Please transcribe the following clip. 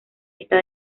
está